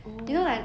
oh